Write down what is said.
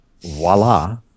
voila